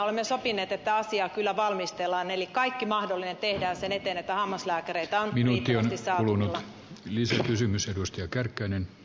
olemme sopineet että asiaa kyllä valmistellaan eli kaikki mahdollinen tehdään sen eteen että hammaslääkäreitä on riittävästi saatavilla